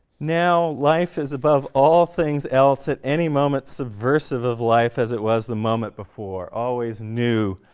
now life is above all things else at any moment subversive of life as it was the moment before always new,